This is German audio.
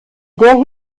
der